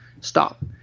stop